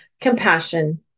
Compassion